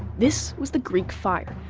this was the greek fire.